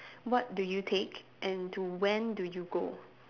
what do you take and to when do you go